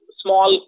small